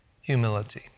humility